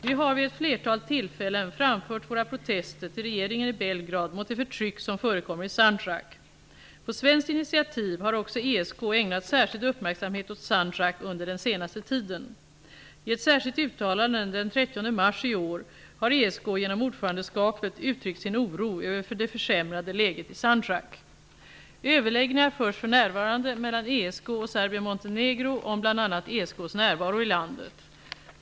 Vi har vid ett flertal tillfällen framfört våra protester till regeringen i Belgrad mot det förtryck som förekommer i Sandjak. På svenskt initiativ har också ESK ägnat särskild uppmärksamhet åt Sandjak under den senaste tiden. I ett särskilt uttalande den 30 mars i år har ESK genom ordförandeskapet uttryckt sin oro över det försämrade läget i Sandjak. Överläggningarna förs för närvarande mellan ESK och Serbien--Montenegro om bl.a. ESK:s närvaro i landet.